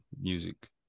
music